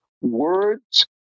Words